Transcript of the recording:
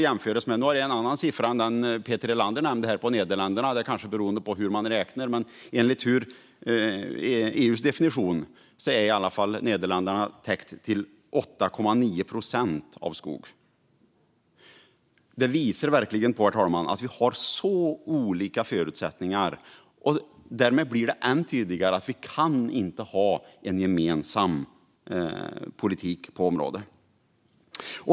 Jag har en annan siffra än Peter Helander, men enligt EU:s definition är som jämförelse 8,9 procent av Nederländerna täckt av skog. Det visar verkligen på att vi har helt olika förutsättningar, och därmed blir det ännu tydligare att vi inte kan ha en gemensam politik på området.